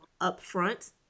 upfront